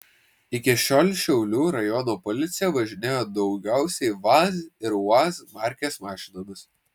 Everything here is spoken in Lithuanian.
iki šiol šiaulių rajono policija važinėjo daugiausiai vaz ir uaz markės mašinomis